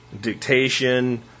dictation